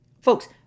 Folks